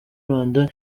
rwanda